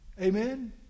Amen